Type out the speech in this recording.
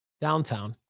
downtown